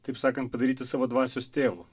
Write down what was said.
taip sakant padaryti savo dvasios tėvu